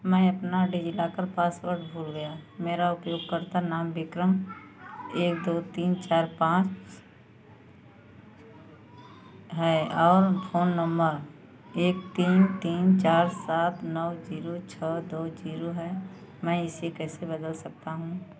मैं अपना DigiLocker password भूल गया मेरा उपयोगकर्ता नाम विक्रम एक दो तीन चार पाँच है और फ़ोन नम्बर एक तीन तीन चार सात नौ ज़ीरो छः दो ज़ीरो है मैं इसे कैसे बदल सकता हूँ